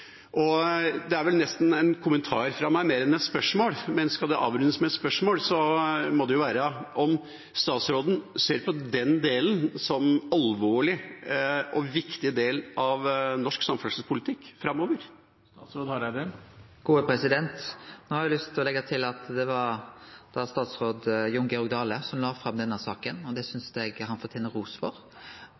er vel nesten mer en kommentar enn et spørsmål fra meg, men skal det avrundes med et spørsmål, må det være: Ser statsråden på den delen som en alvorlig og viktig del av norsk samferdselspolitikk framover? Eg har lyst til å leggje til at det var tidlegare statsråd Jon Georg Dale som la fram denne saka. Det synest eg han fortener ros for.